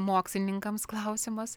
mokslininkams klausimas